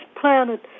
planet